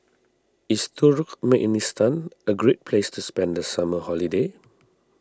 is Turkmenistan a great place to spend the summer holiday